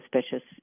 suspicious